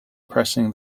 pressing